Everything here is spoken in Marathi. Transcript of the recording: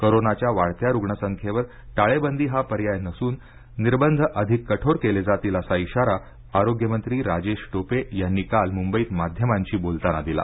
कोरोनाच्या वाढत्या रुग्णसंख्येवर टाळेबंदी हा पर्याय नसून निर्बंध अधिक कठोर केले जातील असा इशारा आरोग्यमंत्री राजेश टोपे यांनी काल मुंबईत माध्यमांशी बोलताना दिला